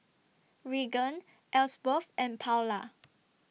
Reagan Elsworth and Paola